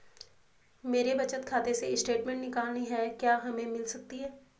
मेरे बचत खाते से स्टेटमेंट निकालनी है क्या हमें मिल सकती है?